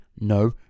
No